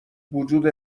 وجود